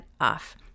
off